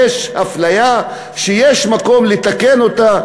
יש אפליה שיש מקום לתקן אותה.